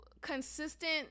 consistent